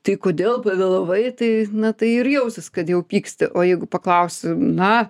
tai kodėl pavėlavai tai na tai ir jausis kad jau pyksti o jeigu paklaus na